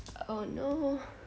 oh no